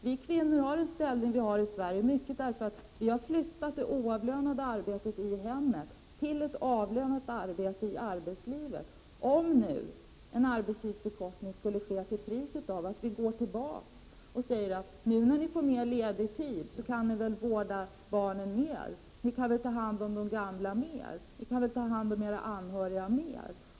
Vi kvinnor har den ställning vi har i Sverige mycket därför att vi har flyttat över det oavlönade arbetet i hemmet till ett avlönat arbete i arbetslivet. Om nu en arbetstidsförkortning skulle ske till priset av att vi går tillbaka och säger: Nu, när ni får mer ledig tid, kan ni väl vårda barnen i större utsträckning. Ni kan väl i större utsträckning ta hand om de gamla och om era anhöriga.